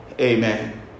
Amen